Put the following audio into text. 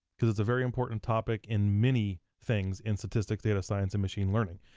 cause it's a very important topic in many things in statistics, data science, and machine learning.